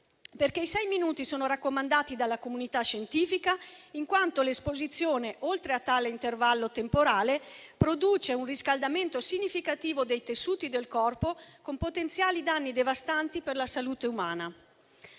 perché tanto raccomanda la comunità scientifica, in quanto l'esposizione oltre tale intervallo temporale produce un riscaldamento significativo dei tessuti del corpo con potenziali danni devastanti per la salute umana.